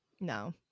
no